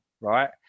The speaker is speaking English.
right